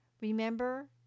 Remember